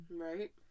right